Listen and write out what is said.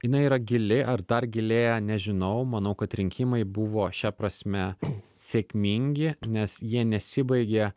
jinai yra gili ar dar gilėja nežinau manau kad rinkimai buvo šia prasme sėkmingi nes jie nesibaigė